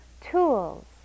tools